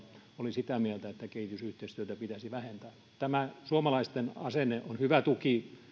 oli sitä mieltä että kehitysyhteistyötä pitäisi vähentää tämä suomalaisten asenne on hyvä tuki